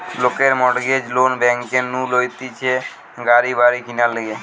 লোকে mortgage loan bank নু লইতেছে গাড়ি বাড়ি কিনার লিগে